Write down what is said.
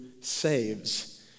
saves